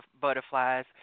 butterflies